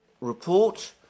report